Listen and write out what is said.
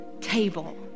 table